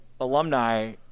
alumni